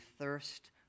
thirst